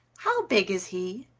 how big is he?